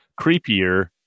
creepier